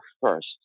first